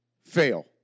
Fail